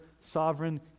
sovereign